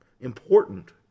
important